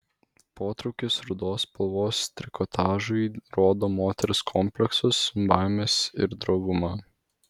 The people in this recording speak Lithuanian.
potraukis rudos spalvos trikotažui rodo moters kompleksus baimes ir drovumą